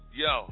yo